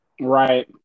right